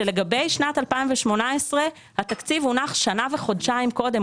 שלגבי שנת 2018 התקציב הונח שנה וחודשיים קודם,